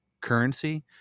currency